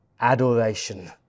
adoration